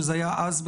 שזה היה אסבסט,